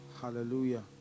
Hallelujah